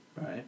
right